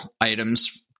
items